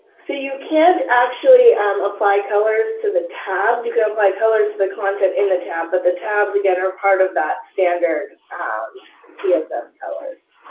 so you can't actually apply colors to the tabs. you could apply colors to the content in the tab, but the tabs again are part of that standard ah css colors.